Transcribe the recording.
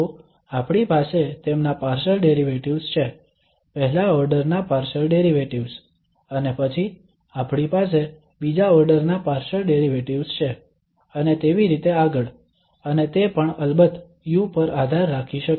તો આપણી પાસે તેમના પાર્શલ ડેરિવેટિવ્ઝ છે પહેલા ઓર્ડર ના પાર્શલ ડેરિવેટિવ્ઝ અને પછી આપણી પાસે બીજા ઓર્ડર ના પાર્શલ ડેરિવેટિવ્ઝ છે અને તેવી રીતે આગળ અને તે પણ અલબત્ત u પર આધાર રાખી શકે